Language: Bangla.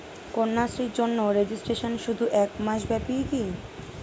কন্যাশ্রীর জন্য রেজিস্ট্রেশন শুধু এক মাস ব্যাপীই কি?